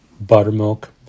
buttermilk